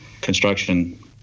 construction